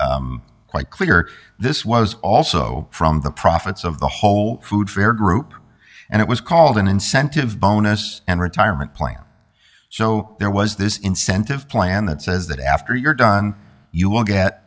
quite clear this was also from the profits of the whole food fair group and it was called an incentive bonus and retirement plan so there was this incentive plan that says that after you're done you will get